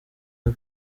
aba